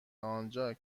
آنجا